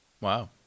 Wow